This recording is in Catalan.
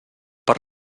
per